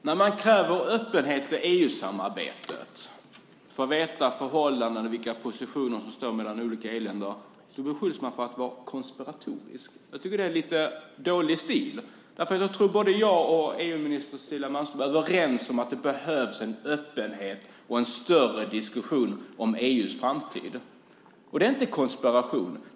Fru talman! När man kräver öppenhet i EU-samarbetet för att få veta hur förhållandena är och vilka positioner som olika EU-länder intar, beskylls man för att vara konspiratorisk. Jag tycker att det är lite dålig stil. Jag tror nämligen att både jag och EU-minister Cecilia Malmström är överens om att det behövs en öppenhet och en större diskussion om EU:s framtid. Det är inte konspiration.